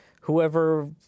whoever